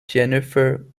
jennifer